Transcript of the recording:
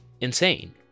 insane